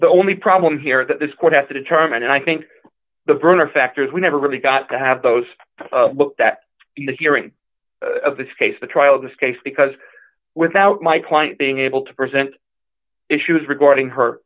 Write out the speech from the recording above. the only problem here that this court has to determine and i think the burner factors we never really got to have those that the hearing of this case the trial this case because without my client being able to present issues regarding her